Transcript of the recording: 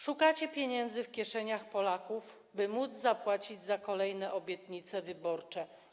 Szukacie pieniędzy w kieszeniach Polaków, by móc zapłacić za kolejne obietnice wyborcze.